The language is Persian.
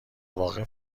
واقع